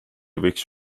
võiks